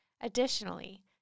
Additionally